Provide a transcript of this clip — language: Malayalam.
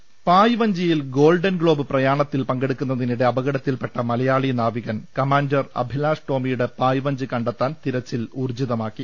ൾ ൽ ൾ പായ്വഞ്ചിയിൽ ഗോൾഡൻ ഗ്ലോബ് പ്രയാണത്തിൽ പങ്കെടുക്കുന്നതി നിടെ അപകടത്തിൽ പെട്ട മലയാളി നാവികൻ കമാണ്ടർ അഭിലാഷ് ടോമിയുടെ പായ്വഞ്ചി കണ്ടെ ത്താൻ തിരച്ചിൽ ഉൌർജ്ജിതമാക്കി